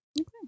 Okay